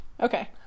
okay